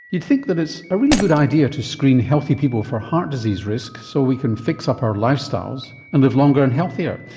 you'd think that it's a really good idea to screen healthy people for heart disease risk so we can fix up our lifestyles and live longer and healthier.